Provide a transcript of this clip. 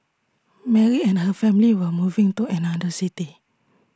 Mary and her family were moving to another city